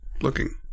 looking